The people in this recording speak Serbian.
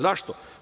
Zašto?